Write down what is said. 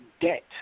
debt